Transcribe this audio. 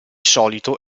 solito